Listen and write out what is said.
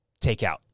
takeout